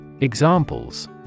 Examples